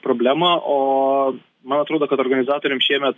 problemą o man atrodo kad organizatoriams šiemet